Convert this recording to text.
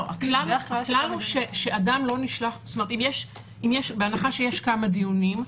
אם יש כמה דיונים,